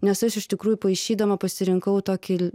nes aš iš tikrųjų paišydama pasirinkau tokį